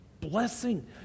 blessing